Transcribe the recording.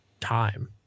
time